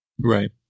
Right